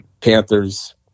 panthers